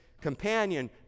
companion